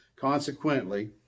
Consequently